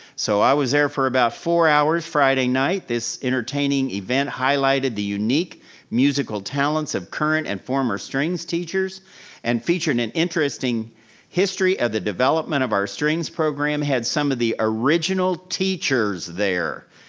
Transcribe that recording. so i was there for about four hours friday night, this entertaining event highlighted the unique musical talents of current and former strings teachers and featured an interesting history of the development of our strings program had some of the original teachers there.